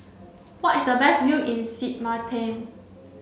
where is the best view in Sint Maarten